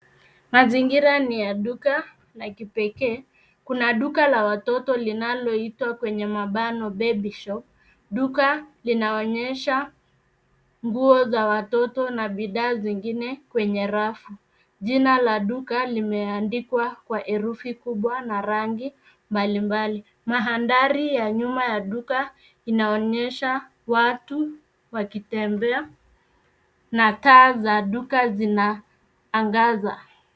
Mazingira ni ya duka la kipekee. Kuna duka la watoto linaloitwa kwenye mabano baby shop . Duka linaonyesha nguo za watoto, na bidhaa zingine kwenye rafu. Jina la duka limeandikwa kwa herufi kubwa, na rangi mbalimbali. Mandhari ya nyuma ya duka, inaonyesha watu wakitembea, na taa za duka zinaangaza.